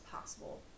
possible